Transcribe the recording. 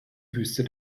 wüste